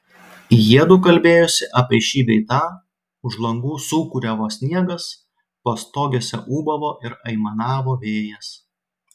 jiedu kalbėjosi apie šį bei tą už langų sūkuriavo sniegas pastogėse ūbavo ir aimanavo vėjas